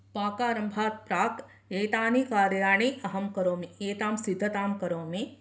पाकारम्भात् प्राक् एतानि कार्यणि अहं करोमि एतां सिद्धतां करोमि